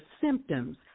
symptoms